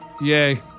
Yay